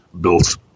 built